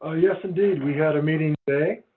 ah yes, indeed. we had a meeting today.